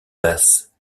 basses